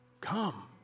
come